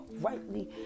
rightly